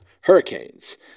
Hurricanes